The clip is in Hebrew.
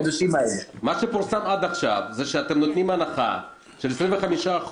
מה שפורסם עד עכשיו זה שאתם נותנים הנחה של 25%